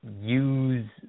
Use